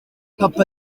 papa